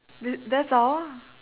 that that's all